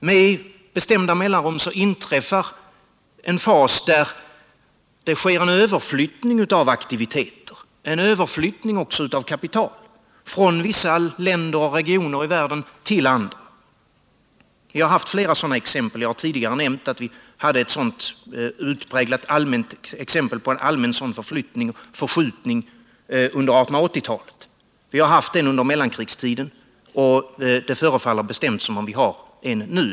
Med bestämda mellanrum inträffar en fas där det sker en utflyttning av aktiviteter och av kapital från vissa länder och regioner i världen till andra. Vi har haft flera sådana exempel. Jag har tidigare nämnt att vi hade ett utpräglat exempel på en sådan allmän förskjutning på 1880-talet. Vi har också haft en under mellankrigstiden, och det förefaller som om vi har en nu.